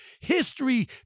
History